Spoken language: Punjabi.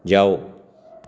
ਜਾਓ